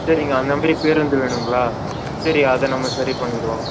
சரிங்க அந்த மாதிரி பேருந்து வேணும்ங்களா சரி அதை நம்ம சரி பண்ணிருவோம்